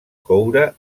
coure